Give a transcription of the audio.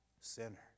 sinner